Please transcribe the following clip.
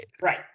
Right